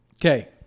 Okay